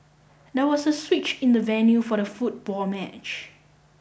there was a switch in the venue for the football match